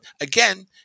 again